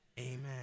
Amen